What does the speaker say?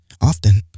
often